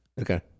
Okay